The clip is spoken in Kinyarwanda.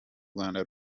rwanda